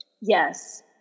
Yes